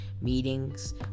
meetings